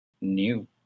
new